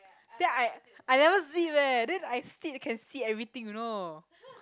then I I never zip eh then I sit can see everything you know